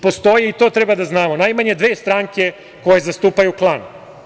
Postoji, i to treba da znamo, najmanje dve stranke koje zastupaju klan.